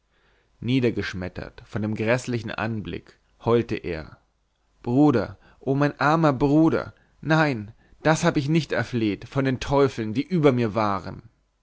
niedergeschmettert von dem gräßlichen anblick heulte er bruder o mein armer bruder nein das hab ich nicht erfleht von den teufeln die über mir waren